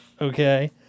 okay